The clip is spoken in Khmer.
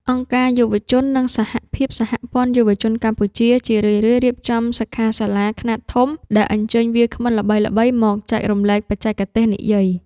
អង្គការយុវជន និងសហភាពសហព័ន្ធយុវជនកម្ពុជា ជារឿយៗរៀបចំសិក្ខាសាលាខ្នាតធំដែលអញ្ជើញវាគ្មិនល្បីៗមកចែករំលែកបច្ចេកទេសនិយាយ។